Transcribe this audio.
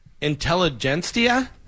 Intelligentsia